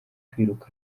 kwiruka